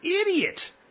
idiot